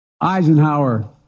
Eisenhower